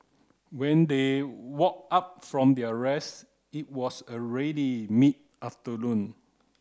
when they woke up from their rest it was already mid afternoon